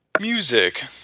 Music